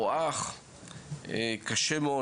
קשה מאוד.